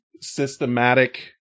systematic